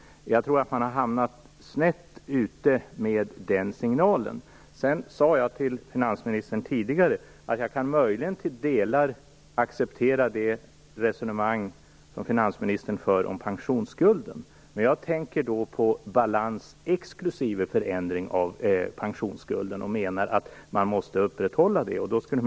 Jag tror att man har hamnat snett med den signalen. Jag sade tidigare till finansministern att jag möjligen till delar kan acceptera det resonemang han för om pensionsskulden. Jag tänker då på balans exklusive förändring av pensionsskulden och menar att man måste upprätthålla det kravet.